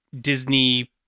Disney